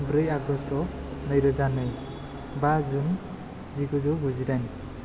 ब्रै आगस्त नै रोजा नै बा जुन जिगुजौ गुजि दाइन